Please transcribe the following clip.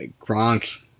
Gronk